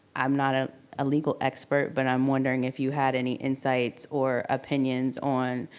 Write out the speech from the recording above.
i'm not a ah legal expert but i'm wondering if you had any insights or opinions on.